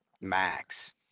max